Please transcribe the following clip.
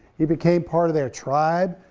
he became part of their tribe,